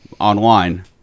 online